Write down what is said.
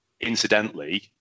incidentally